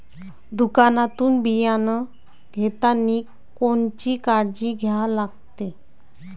दुकानातून बियानं घेतानी कोनची काळजी घ्या लागते?